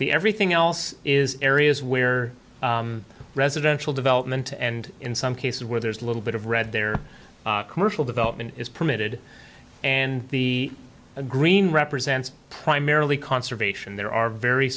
the everything else is areas where residential development and in some cases where there's a little bit of red there commercial development is permitted and the green represents primarily conservation there are very